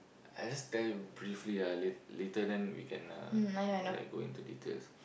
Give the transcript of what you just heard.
I just tell you briefly ah late~ later then we can uh like go into details